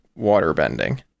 waterbending